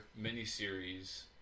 miniseries